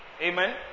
Amen